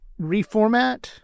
reformat